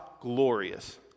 glorious